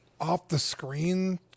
off-the-screen